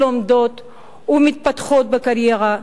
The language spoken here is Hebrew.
שלומדות ומתפתחות בקריירה,